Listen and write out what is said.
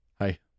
Hi